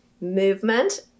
movement